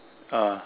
ah